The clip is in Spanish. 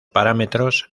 paramentos